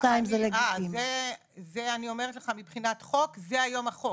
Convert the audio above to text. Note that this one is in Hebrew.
אני אומרת לך מבחינת חוק, זה היום החוק.